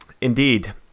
Indeed